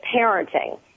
parenting